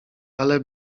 ale